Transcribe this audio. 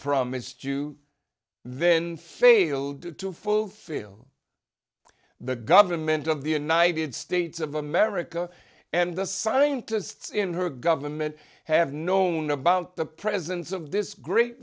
promised you then failed to fulfill the government of the united states of america and the scientists in her government have known about the presence of this great